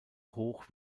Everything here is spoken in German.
hoch